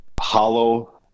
hollow